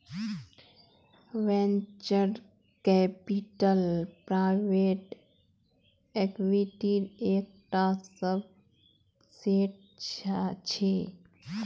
venture capital private इक्विटीर एक टा सबसेट छे